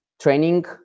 training